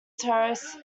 terrace